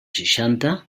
seixanta